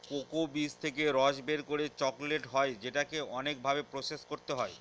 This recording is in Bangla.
কোকো বীজ থেকে রস বের করে চকলেট হয় যেটাকে অনেক ভাবে প্রসেস করতে হয়